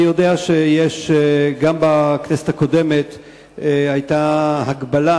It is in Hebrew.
אני יודע שגם בכנסת הקודמת היתה הגבלה,